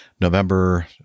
November